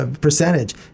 percentage